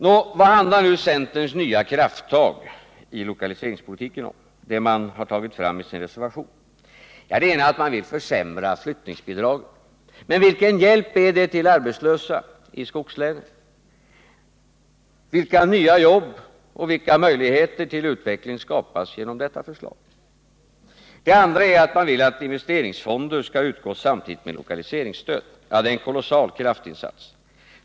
Nå, vad handlar nu centerns nya krafttag i lokaliseringspolitiken om, alltså det som man har tagit fram i sin reservation? Ja, det ena är att man vill försämra flyttningsbidragen. Men vilken hjälp ger detta åt de arbetslösa i skogslänen? Vilka nya jobb och vilka möjligheter till utveckling skapas genom detta förslag? Det andra är att man vill att investeringsfonder skall utgå samtidigt med lokaliseringsstöd. Ja, det är en kolossal kraftinsats.